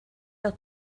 gael